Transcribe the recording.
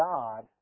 God